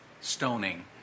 stoning